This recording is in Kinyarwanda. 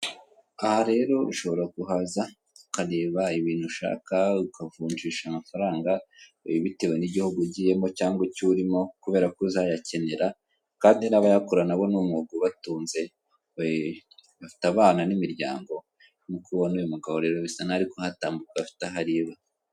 Aha rero ushobora kuhaza ukareba ibintu ushaka ukavunjisha amafaranga bitewe n'igihugu ugiyemo cyangwa icyo urimo kubera ko uzayakenera kandi n'abayakora nabo ni umwuga ubatunze, eeee bafite abana n'imiryango nk'uko ubona uyu mugabo rero bisa n'aho ari kuhatambuka afite aho areba.